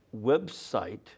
website